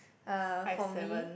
uh for me